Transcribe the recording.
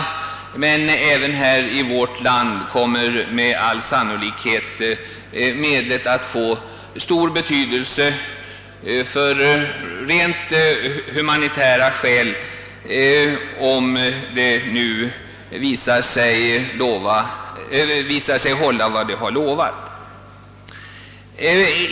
Men även i vårt land kommer detta medel med all sannolikhet att få stor betydelse av rent humanitära skäl, om det visar sig hålla vad det lovat.